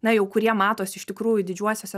na jau kurie matos iš tikrųjų didžiuosiuose